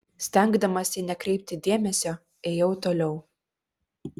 stengdamasi nekreipti dėmesio ėjau toliau